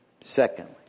Secondly